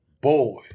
boy